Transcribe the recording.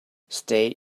stay